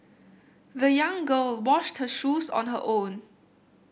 the young girl washed her shoes on her own